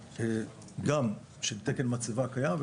גם של תקן מצבה קיים,